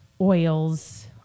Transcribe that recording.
oils